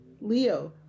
leo